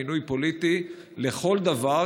מינוי פוליטי לכל דבר,